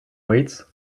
weights